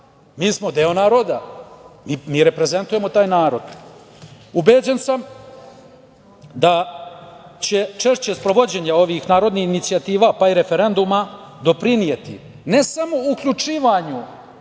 mi smo deo naroda i mi reprezentujemo taj narod. Ubeđen sam da će češće sprovođenje ovih narodnih inicijativa, pa i referenduma, doprineti ne samo uključivanju